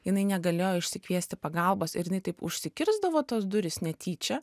jinai negalėjo išsikviesti pagalbos ir jinai taip užsikirsdavo tos durys netyčia